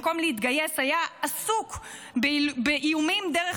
במקום להתגייס היה עסוק באיומים דרך